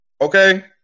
Okay